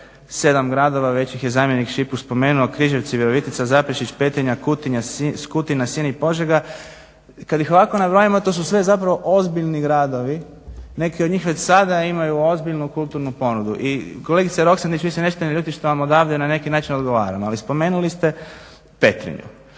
sedam gradova već ih je zamjenik Šipuš spomenuo, Križevci, Virovitica, Zaprešić, Petrinja, Kutina, Sinj i Požega. Kad ih ovako nabrajamo, to su sve zaista ozbiljni gradovi, neki od njih već sada imaju ozbiljnu kulturnu ponudu. I kolegica Roksandić vi se nećete naljutiti što vam odavde na neki način odgovaram. Ali spomenuli ste Petrinju,